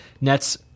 nets